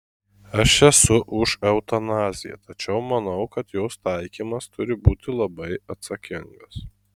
aš esu už eutanaziją tačiau manau kad jos taikymas turi būti labai atsakingas